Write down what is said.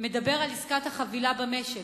על עסקת החבילה במשק.